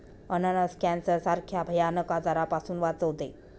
अननस कॅन्सर सारख्या भयानक आजारापासून वाचवते